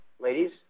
ladies